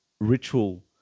ritual